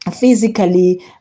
physically